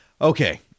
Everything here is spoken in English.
Okay